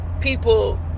people